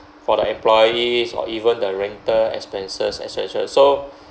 for the employees or even the rental expenses et cetera so